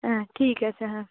হ্যাঁ ঠিক আছে হ্যাঁ